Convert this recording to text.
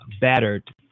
battered